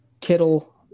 Kittle